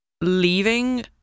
leaving